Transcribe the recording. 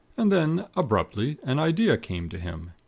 and then, abruptly, an idea came to him.